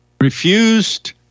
Refused